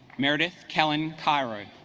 meredith kellen cairo